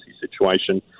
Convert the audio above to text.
situation